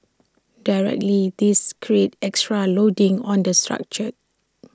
directly this creates extra loading on the structure